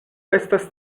estas